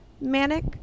Manic